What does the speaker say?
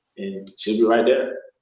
she'll be right there.